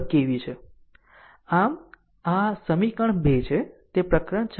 આમ આ સમીકરણ 2 છે તે પ્રકરણ 4